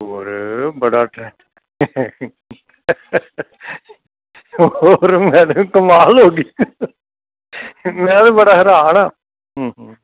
ਹੋਰ ਬੜਾ ਟਰੈ ਹੋਰ ਮੈਡਮ ਕਮਾਲ ਹੋ ਗਈ ਮੈਂ ਤਾਂ ਬੜਾ ਹੈਰਾਨ ਆ